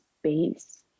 space